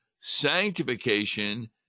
Sanctification